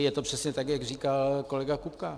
Je to přesně tak, jak říkal kolega Kupka.